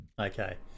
Okay